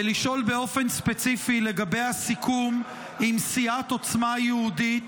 ולשאול באופן ספציפי לגבי הסיכום עם סיעת עוצמה יהודית,